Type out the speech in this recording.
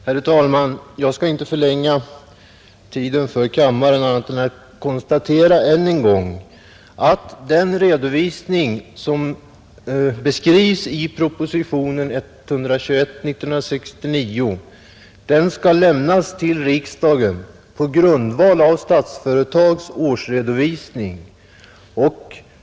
Herr talman! Jag skall inte förlänga debatten annat än genom att än en gång konstatera att den redogörelse som beskrives i propositionen 121 år 1969 skall lämnas till riksdagen på grundval av Statsföretags årsredovisning.